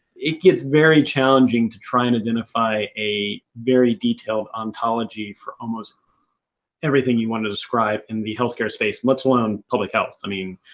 it gets very challenging to try and identify a very detailed ontology from almost everything you want to describe in the healthcare space but um public health. i mean,